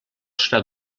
serà